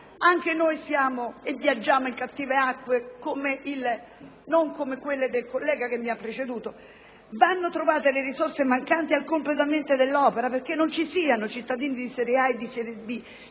anche noi viaggiamo in cattive acque (non come quelle del collega che mi ha preceduto), vanno trovate le risorse mancanti al completamento dell'opera, perché non vi siano cittadini di serie A e di serie B,